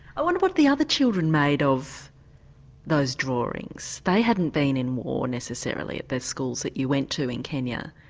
i wonder what the other children made of those drawings, they hadn't been in the war necessarily at the schools that you went to in kenya,